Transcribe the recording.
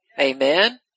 Amen